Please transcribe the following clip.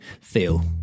feel